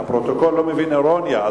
הפרוטוקול לא מבין אירוניה,